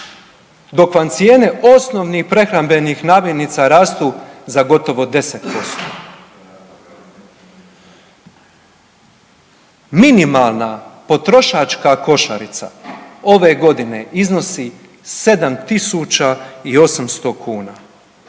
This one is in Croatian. Dok vam cijene osnovnih prehrambenih namirnica rastu za gotovo 10%. Minimalna potrošačka košarica ove godine iznosi 7800 kuna.